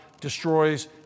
destroys